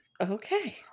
Okay